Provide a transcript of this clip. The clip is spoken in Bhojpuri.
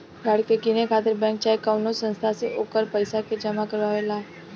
गाड़ी के किने खातिर बैंक चाहे कवनो संस्था से ओकर पइसा के जामा करवावे ला